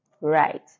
Right